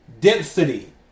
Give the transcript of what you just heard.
density